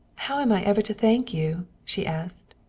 how am i ever to thank you? she asked.